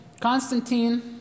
Constantine –